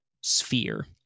sphere